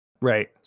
right